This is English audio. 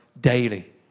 Daily